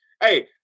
hey